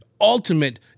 Ultimate